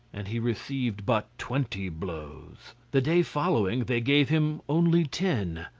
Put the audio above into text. and he received but twenty blows. the day following they gave him only ten,